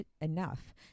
enough